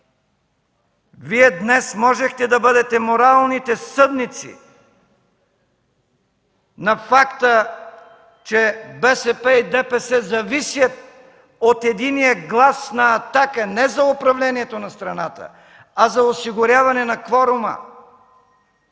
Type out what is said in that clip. Вие днес можехте да бъдете моралните съдници на факта, че БСП и ДПС зависят от единия глас на „Атака” не за управлението на страната, а за осигуряване на кворума.